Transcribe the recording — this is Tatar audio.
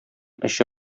эче